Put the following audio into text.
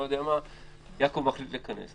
יעקב מחליט לכנס.